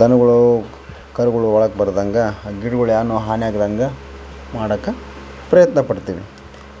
ದನಗಳು ಕರುಗಳು ಒಳಗೆ ಬರ್ದಂಗೆ ಗಿಡುಗಳ್ ಯಾವನ್ನು ಹಾನಿ ಆಗ್ದಂಗೆ ಮಾಡೋಕ ಪ್ರಯತ್ನ ಪಡ್ತೀವಿ